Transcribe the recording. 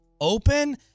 open